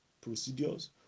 Procedures